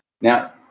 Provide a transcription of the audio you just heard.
Now